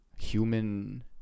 human